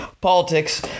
politics